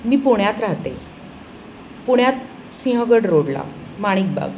मी पुण्यात राहते पुण्यात सिंहगड रोडला माणिक बाग